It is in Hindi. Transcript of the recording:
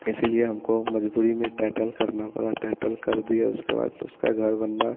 इसीलिए हमको मजबूरी में टाइटल करना पड़ा टाइटल कर दिया उसके बाद उसका घर बनना